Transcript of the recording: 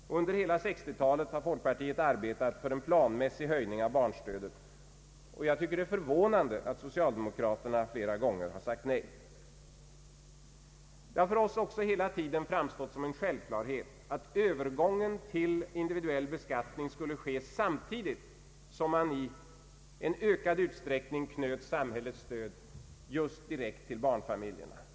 Under hela 1960-talet har folkpartiet planmässigt arbetat för en höjning av barnstödet. Det förvånande är att socialdemokraterna flera gånger har sagt nej. Det har för oss hela tiden framstått som en självklarhet att övergången till individuell beskatttning skulle ske samtidigt som man i en ökad utsträckning knöt samhällets stöd just direkt till barnfamiljerna.